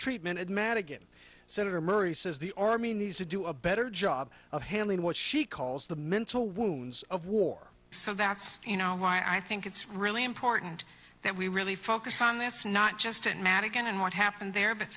treatment at madigan senator murray says the army needs to do a better job of handling what she calls the mental wounds of war so that's you know why i think it's really important that we really focus on this not just at madigan and what happened there but